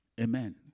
Amen